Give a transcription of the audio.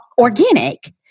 organic